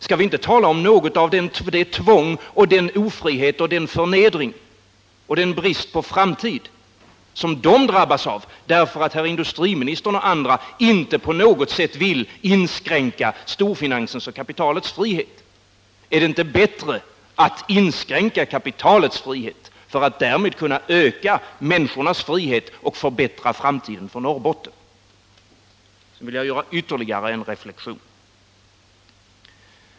Skall vi inte tala om något av det tvång, den ofrihet, den förnedring och brist på framtid som de drabbas av därför att industriministern och andra inte på något sätt vill inskränka storfinansens och kapitalets frihet? Är det inte bättre att inskränka kapitalets frihet för att därmed kunna öka människornas frihet och förbättra framtiden för Norrbotten? Så vill jag göra ytterligare en reflexion.